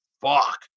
fuck